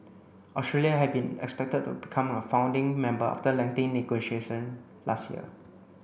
Australia had been expected to become a founding member after lengthy negotiation last year